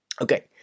Okay